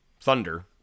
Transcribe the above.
Thunder